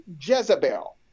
Jezebel